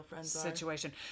situation